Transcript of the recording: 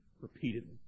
repeatedly